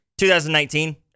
2019